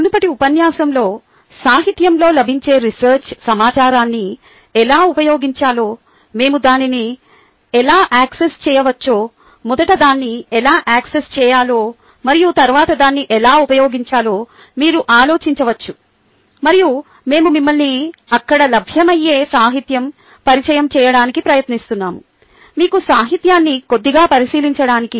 మునుపటి ఉపన్యాసంలో సాహిత్యంలో లభించే రిసర్చ్ సమాచారాన్ని ఎలా ఉపయోగించాలో మేము దానిని ఎలా యాక్సెస్ చేయవచ్చో మొదట దాన్ని ఎలా యాక్సెస్ చేయాలో మరియు తరువాత దాన్ని ఎలా ఉపయోగించాలో మీరు ఆలోచించవచ్చు మరియు మేము మిమ్మల్ని అక్కడ లభ్యమయ్యే సాహిత్యం పరిచయం చేయడానికి ప్రయత్నిస్తున్నాము మీకు సాహిత్యాన్ని కొద్దిగా పరిశీలించడానికి